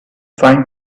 find